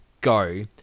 go